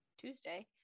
tuesday